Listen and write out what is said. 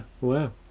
Wow